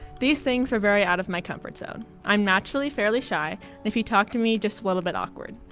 these things are very out of my comfort zone. i'm naturally fairly shy and if you talk to me, just a little bit awkward.